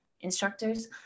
instructors